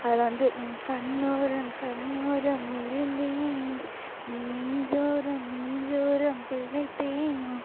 அதில் வந்து